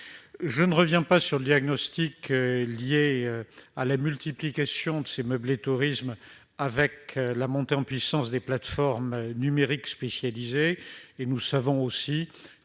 Je ne reviens pas sur le diagnostic lié à la multiplication de ces meublés de tourisme avec la montée en puissance des plateformes numériques spécialisées.